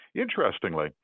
Interestingly